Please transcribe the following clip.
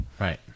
Right